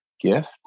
gift